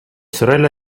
sorelle